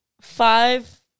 five